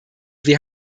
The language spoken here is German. wir